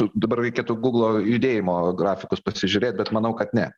dabar reikėtų gūglo judėjimo grafikus pasižiūrėt bet manau kad ne